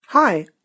Hi